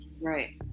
Right